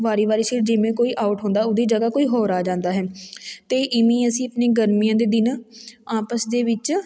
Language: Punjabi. ਵਾਰੀ ਵਾਰੀ ਸਿਰ ਜਿਵੇਂ ਕੋਈ ਆਊਟ ਹੁੰਦਾ ਉਹਦੀ ਜਗ੍ਹਾ ਕੋਈ ਹੋਰ ਆ ਜਾਂਦਾ ਹੈ ਅਤੇ ਇਵੇਂ ਅਸੀਂ ਆਪਣੀ ਗਰਮੀਆਂ ਦੇ ਦਿਨ ਆਪਸ ਦੇ ਵਿੱਚ